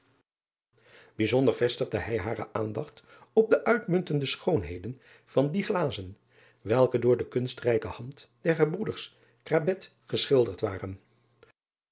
ijzonder vestigde hij hare aandacht op de uitmuntende schoonheden van die glazen welke door de driaan oosjes zn et leven van aurits ijnslager kunstrijke hand der gebroeders geschilderd waren